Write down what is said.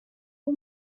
اون